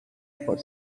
for